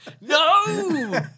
No